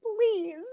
please